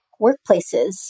workplaces